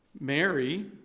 Mary